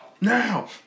Now